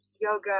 yoga